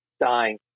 dying